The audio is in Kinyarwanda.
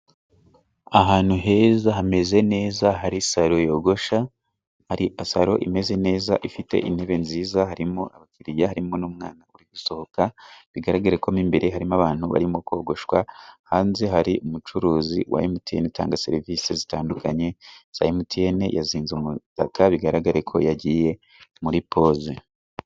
Ahantu heza hameze neza hari saro yogosha, hari salo imeze neza ifite intebe nziza harimo abakiriya harimo n'umwana uri gusohoka bigaragareko mo imbere harimo abantu barimo kogoshwa ,hanze hari umucuruzi wa Emutiyene utanga serivisi zitandukanye za Emutiyene yazinze umutaka bigaragareko yagiye muri poze.